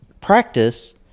practice